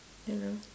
hello